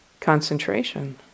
concentration